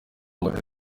muri